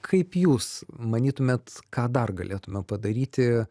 kaip jūs manytumėt ką dar galėtume padaryti